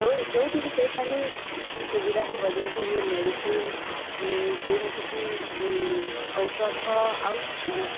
ଯୋଉଠି କି ସେଇଠାରେ କିଛି ସୁବିଧା ଥିବ ଯୋଉଥିରେ କି ମେଡ଼ିସିନ ଯେମିତି କି ଔଷଧ ଆଉ